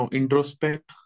introspect